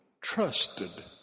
trusted